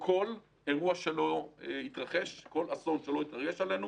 בכל אירוע שיתרחש ובכל אסון שיתרגש עלינו.